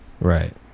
Right